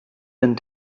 and